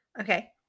okay